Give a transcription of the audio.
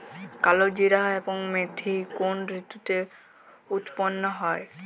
কালোজিরা এবং মেথি কোন ঋতুতে উৎপন্ন হয়?